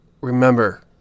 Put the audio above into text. remember